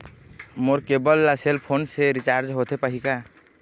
मोर cable ला cell phone से recharge होथे पाही का?